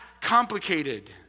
complicated